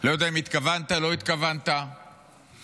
לא יודע אם התכוונת, לא התכוונת, תעצור.